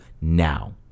now